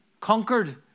conquered